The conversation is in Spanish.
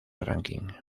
ranking